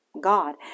God